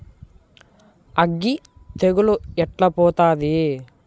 అగ్గి తెగులు ఎట్లా పోతది?